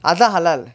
அதா:athaa halal